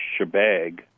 shebag